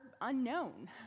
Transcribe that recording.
unknown